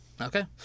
okay